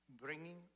bringing